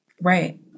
Right